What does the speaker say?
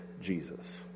Jesus